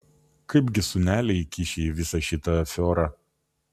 kaipgi sūnelį įkiši į visą šitą afiorą